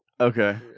Okay